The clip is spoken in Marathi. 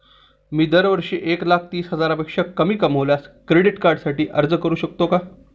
मी दरवर्षी एक लाख तीस हजारापेक्षा कमी कमावल्यास क्रेडिट कार्डसाठी अर्ज करू शकतो का?